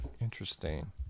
Interesting